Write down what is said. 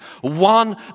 one